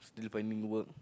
still finding work